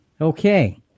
Okay